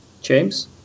James